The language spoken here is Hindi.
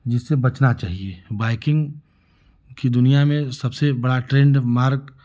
उससे बचना चाहिए बाइकिंग की दुनिया में सबसे बड़ा ट्रेंड मार्क